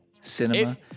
cinema